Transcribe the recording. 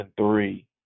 three